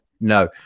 No